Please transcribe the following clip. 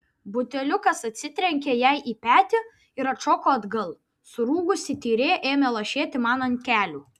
buteliukas atsitrenkė jai į petį ir atšoko atgal surūgusi tyrė ėmė lašėti man ant kelių